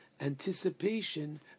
anticipation